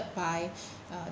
by uh